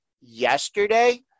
yesterday